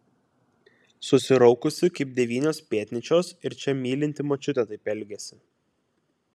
susiraukusi kaip devynios pėtnyčios ir čia mylinti močiutė taip elgiasi